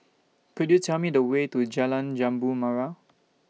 Could YOU Tell Me The Way to Jalan Jambu Mawar